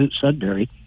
Sudbury